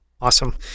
Awesome